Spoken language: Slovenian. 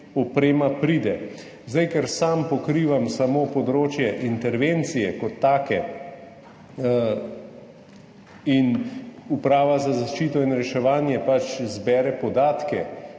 oprema pride. Ker sam pokrivam samo področje intervencije kot take in Uprava za zaščito in reševanje pač zbere podatke